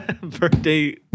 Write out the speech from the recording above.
birthday